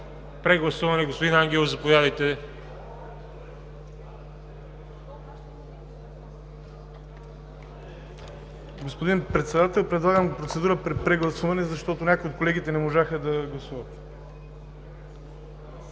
прегласуване, господин Ангелов. ЮЛИАН АНГЕЛОВ (ОП): Господин Председател, предлагам процедура по прегласуване, защото някои от колегите не можаха да гласуват.